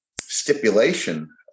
stipulation